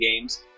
games